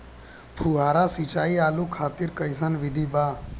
फुहारा सिंचाई आलू खातिर कइसन विधि बा?